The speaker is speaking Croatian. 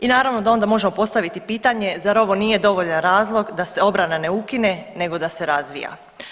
I naravno da onda možemo postaviti pitanje zar ovo nije dovoljan razlog da se obrana ne ukine nego da se razvija?